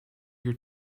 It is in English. your